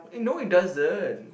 no it doesn't